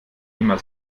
immer